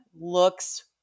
looks